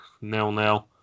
nil-nil